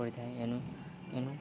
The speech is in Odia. କରିଥାଏ ଏନୁ ଏନୁ